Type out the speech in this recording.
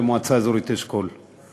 למועצה האזורית אשכול.